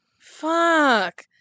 Fuck